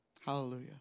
Hallelujah